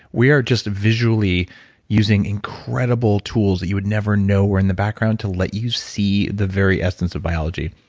we are just visually using incredible tools that you would never know we're in the background to let you see the very essence of biology.